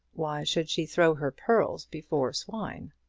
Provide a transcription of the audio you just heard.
why should she throw her pearls before swine?